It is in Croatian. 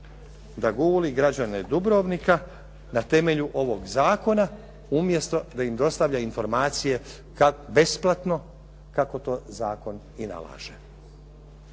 da guli građane Dubrovnika na temelju ovoga zakona umjesto da im dostavlja informacije besplatno kako to zakon i nalaže.